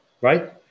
right